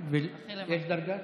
יש דרגש?